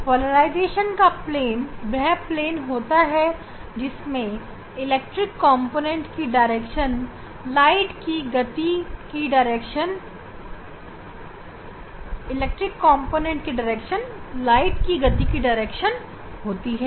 polarisation का plane वह plane होता है जिसमें इलेक्ट्रिक कॉम्पोनेंट की दिशा और प्रकाश की गति की दिशा दोनों होती है